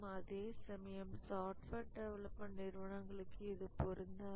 அதேசமயம் software development நிறுவனங்களுக்கு இது பொருந்தாது